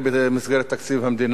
במסגרת תקציב המדינה.